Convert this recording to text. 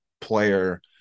player